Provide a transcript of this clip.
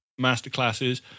masterclasses